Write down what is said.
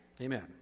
Amen